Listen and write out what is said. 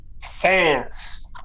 Fans